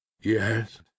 Yes